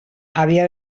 havia